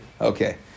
Okay